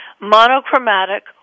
monochromatic